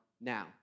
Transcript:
now